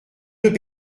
deux